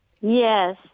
Yes